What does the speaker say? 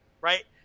right